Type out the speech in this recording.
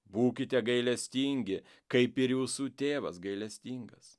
būkite gailestingi kaip ir jūsų tėvas gailestingas